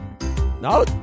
no